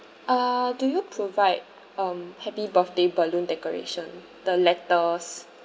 ah do you provide um happy birthday balloon decoration the letters